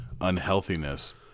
unhealthiness